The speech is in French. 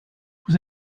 vous